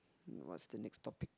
what's the next topic